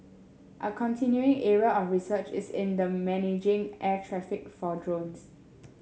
a continuing area of research is in the managing air traffic for drones